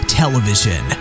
television